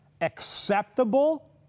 acceptable